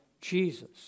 Jesus